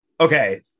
okay